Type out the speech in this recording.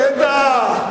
בטח,